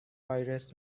آیرس